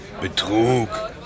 Betrug